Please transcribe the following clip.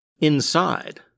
Inside